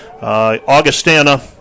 Augustana